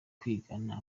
kwigana